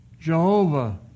Jehovah